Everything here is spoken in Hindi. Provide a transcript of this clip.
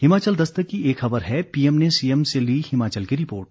हिमाचल दस्तक की एक खबर है पीएम ने सीएम से ली हिमाचल की रिपोर्ट